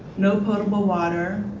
no potable water,